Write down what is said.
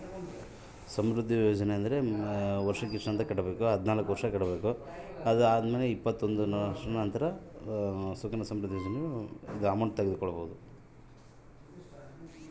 ಸಮೃದ್ಧಿ ಯೋಜನೆ ಬಗ್ಗೆ ಮಾಹಿತಿ ಹೇಳಿ?